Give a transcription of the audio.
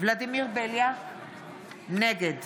ולדימיר בליאק, נגד